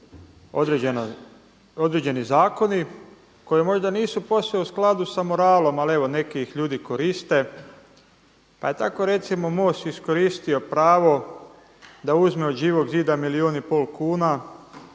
određeni zakoni koji možda nisu posve u skladu sa moralom ali neki ih ljudi koriste, pa je tako recimo MOST iskoristio pravo da uzme od Živog zida milijun i pol kuna